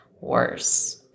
worse